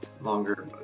longer